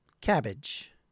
cabbage